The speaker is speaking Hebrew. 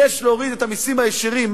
ביקש להוריד את המסים הישירים,